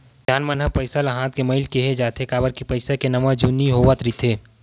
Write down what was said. सियान मन ह पइसा ल हाथ के मइल केहें जाथे, काबर के पइसा के नवा जुनी होवत रहिथे